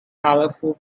colorful